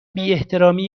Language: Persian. بیاحترامی